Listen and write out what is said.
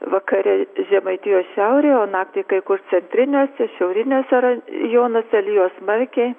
vakare žemaitijos šiaurėje o naktį kai kur centriniuose šiauriniuose rajonuose lijo smarkiai